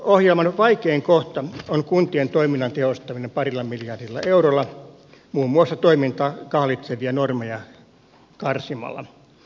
rakenneohjelman vaikein kohta on kuntien toiminnan tehostaminen parilla miljardilla eurolla muun muassa toimintaa kahlitsevia normeja karsimalla